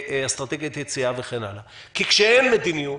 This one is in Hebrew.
אסטרטגיית יציאה וכן הלאה כי כשאין מדיניות,